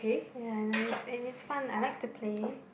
ya and and and it's fun I like to play